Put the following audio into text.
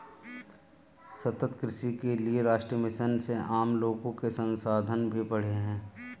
सतत कृषि के लिए राष्ट्रीय मिशन से आम लोगो के संसाधन भी बढ़े है